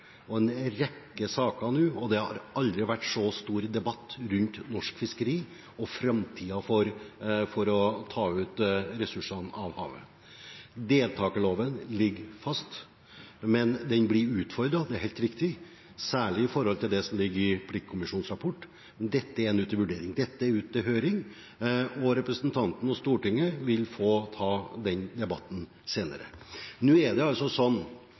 og en rekke saker nå, og det har aldri før vært så stor debatt rundt norsk fiskeri og framtiden for å ta ut ressursene av havet. Deltakerloven ligger fast, men den blir utfordret, det er helt riktig, særlig med tanke på det som ligger i pliktkommisjonens rapport. Dette er nå til vurdering, dette er ute på høring, og representanten og Stortinget vil få ta den debatten senere.